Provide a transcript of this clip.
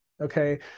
okay